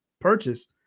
purchase